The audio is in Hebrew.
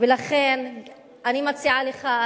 ולכן אני מציעה לך,